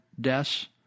deaths